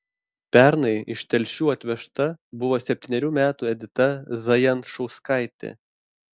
pernai iš telšių atvežta buvo septynerių metų edita zajančauskaitė